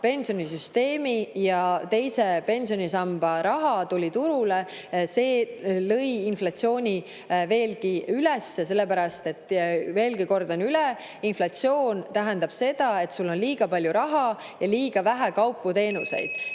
pensionisüsteemi ja teise pensionisamba raha tuli turule, lõi inflatsiooni veelgi rohkem üles. Kordan üle: inflatsioon tähendab seda, et sul on liiga palju raha ja liiga vähe kaupu-teenuseid.